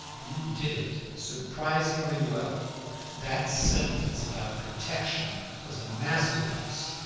you did it surprisingly well that sentence about protection was a masterpiece.